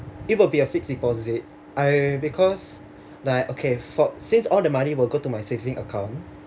it will be a fixed deposit I because like okay for since all the money will go to my saving account